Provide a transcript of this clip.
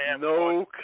No